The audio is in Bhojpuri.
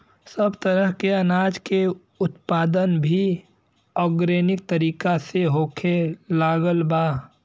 सब तरह के अनाज के उत्पादन भी आर्गेनिक तरीका से होखे लागल बा